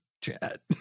chat